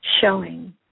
showing